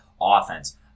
offense